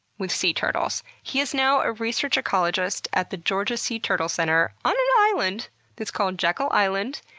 with sea turtles. he's now a research ecologist at the georgia sea turtle center on an island that's called jekyll island.